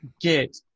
get